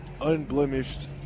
unblemished